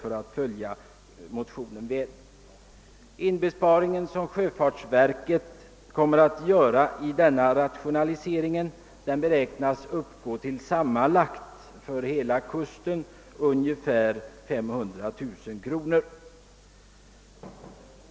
Den besparing som sjöfartsverket kommer att göra genom denna rationalisering beräknas uppgå till sammanlagt ungefär 500 000 kronor för hela kusten.